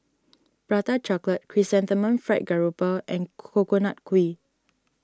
Prata Chocolate Chrysanthemum Fried Grouper and Coconut Kuih